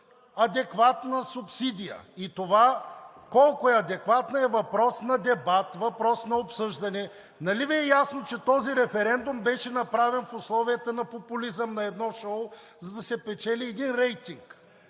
адекватна субсидия и това колко е адекватна е въпрос на дебат, въпрос на обсъждане. Нали Ви е ясно, че този референдум беше направен в условията на популизъм на едно шоу, за да се печели един рейтинг.